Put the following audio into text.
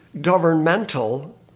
governmental